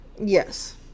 Yes